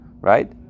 Right